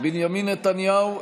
בנימין נתניהו,